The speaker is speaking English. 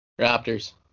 Raptors